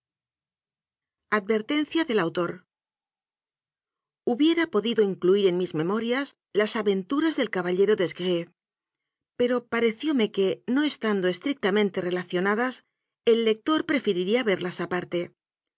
perdurablemente hubiera podido incluir en mis memorias las aventuras del caballero des grieux pero pareció me que no estando estrictamente relacionadas el lector preferiría verlas aparte